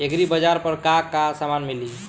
एग्रीबाजार पर का का समान मिली?